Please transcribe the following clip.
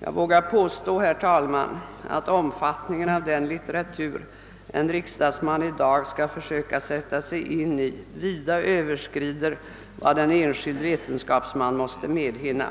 Jag vågar påstå, herr talman, att omfattningen av den litteratur en riksdagsman i dag skall försöka sätta sig in i vida överstiger vad en enskild vetenskapsman måste medhinna.